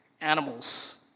animals